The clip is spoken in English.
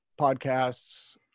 podcasts